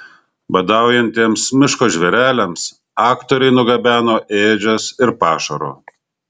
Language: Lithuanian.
badaujantiems miško žvėreliams aktoriai nugabeno ėdžias ir pašaro